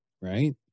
right